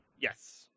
Yes